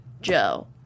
Joe